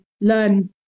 learn